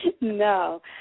no